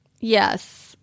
Yes